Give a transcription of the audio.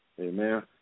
Amen